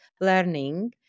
learning